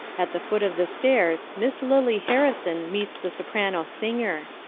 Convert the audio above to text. at the foot of the stairs miss lily harrison meets the soprano singer.